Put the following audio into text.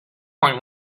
point